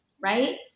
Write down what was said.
right